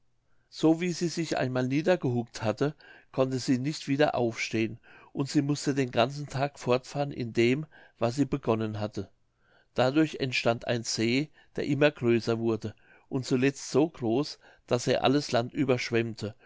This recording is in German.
so wie sie sich einmal niedergehuckt hatte konnte sie nicht wieder aufstehen und sie mußte den ganzen tag fortfahren in dem was sie begonnen hatte dadurch entstand ein see der immer größer wurde und zuletzt so groß daß er alles land überschwemmte